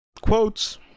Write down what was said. quotes